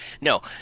No